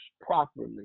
properly